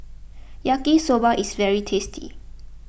Yaki Soba is very tasty